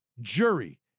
jury